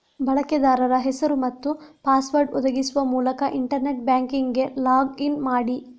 ಬಳಕೆದಾರ ಹೆಸರು ಮತ್ತು ಪಾಸ್ವರ್ಡ್ ಒದಗಿಸುವ ಮೂಲಕ ಇಂಟರ್ನೆಟ್ ಬ್ಯಾಂಕಿಂಗಿಗೆ ಲಾಗ್ ಇನ್ ಮಾಡಿ